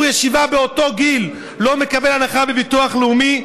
ישיבה באותו גיל לא מקבל הנחה בביטוח לאומי,